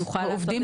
עובדים